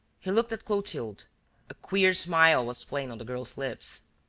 he looked at clotilde a queer smile was playing on the girl's lips.